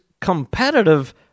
competitive